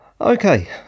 Okay